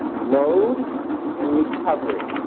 load and recovery.